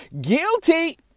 guilty